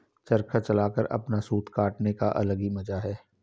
चरखा चलाकर अपना सूत काटने का अलग ही मजा है